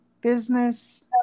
business